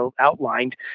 outlined